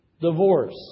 divorce